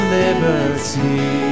liberty